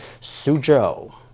Suzhou